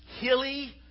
hilly